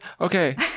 Okay